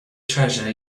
treasure